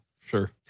Sure